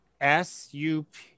S-U-P